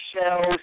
shells